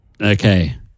Okay